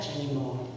anymore